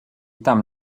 tam